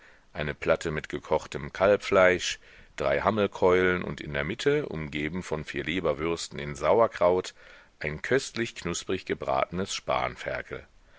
eine platte mit gekochtem kalbfleisch drei hammelkeulen und in der mitte umgeben von vier leberwürsten in sauerkraut ein köstlich knusprig gebratenes